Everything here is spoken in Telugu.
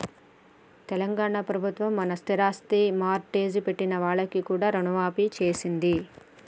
తెలంగాణ ప్రభుత్వం మొన్న స్థిరాస్తి మార్ట్గేజ్ పెట్టిన వాళ్లకు కూడా రుణమాఫీ చేసింది